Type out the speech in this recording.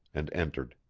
and entered.